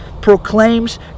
proclaims